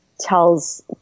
tells